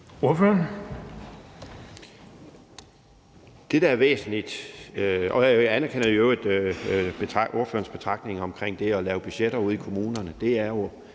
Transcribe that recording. Ordføreren. Kl. 10:20 Henrik Frandsen (M): Jeg anerkender i øvrigt ordførerens betragtning omkring det at lave budgetter ude i kommunerne. Det er jo